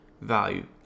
value